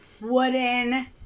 wooden